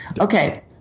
Okay